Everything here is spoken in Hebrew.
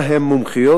שבה הן מומחיות,